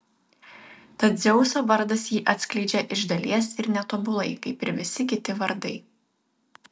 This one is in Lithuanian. tad dzeuso vardas jį atskleidžia iš dalies ir netobulai kaip ir visi kiti vardai